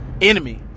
Enemy